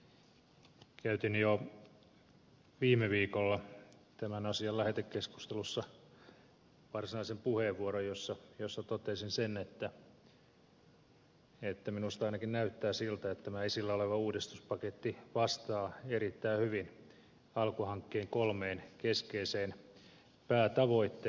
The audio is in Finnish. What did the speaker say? käytin jo viime viikolla tämän asian lähetekeskustelussa varsinaisen puheenvuoron jossa totesin sen että minusta ainakin näyttää siltä että tämä esillä oleva uudistuspaketti vastaa erittäin hyvin alkuhankkeen kolmea keskeistä päätavoitetta